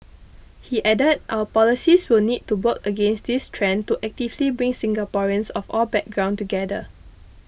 he added our policies will need to work against this trend to actively bring Singaporeans of all background together